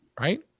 Right